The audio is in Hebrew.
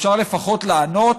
אפשר לפחות לענות,